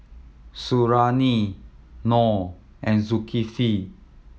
Suriani Noh and Zulkifli